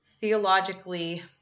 theologically